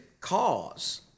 cause